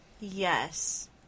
Yes